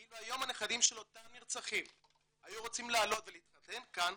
אילו היום הנכדים של אותם נרצחים היו רוצים לעלות ולהתחתן כאן,